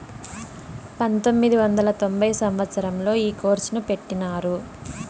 పంతొమ్మిది వందల తొంభై సంవచ్చరంలో ఈ కోర్సును పెట్టినారు